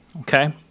okay